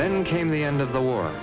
then came the end of the war